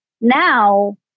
Now